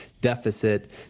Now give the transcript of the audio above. deficit